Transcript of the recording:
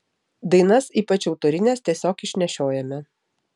dainas ypač autorines tiesiog išnešiojame